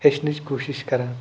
ہیٚنٕچ کوٗشِش کَران